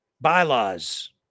Bylaws